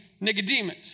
Nicodemus